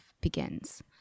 begins